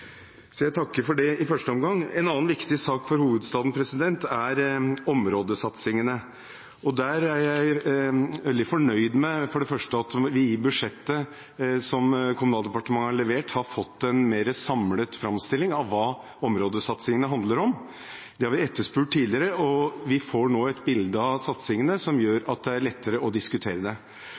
Så jeg takker for det i første omgang. En annen viktig sak for hovedstaden er områdesatsingene. Der er jeg veldig fornøyd med for det første at vi i budsjettet som Kommunaldepartementet har levert, har fått en mer samlet framstilling av hva områdesatsingene handler om. Det har vi etterspurt tidligere, og vi får nå et bilde av satsingene som gjør at det er lettere å diskutere det.